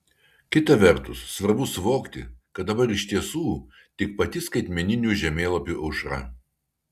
kita vertus svarbu suvokti kad dabar iš tiesų tik pati skaitmeninių žemėlapių aušra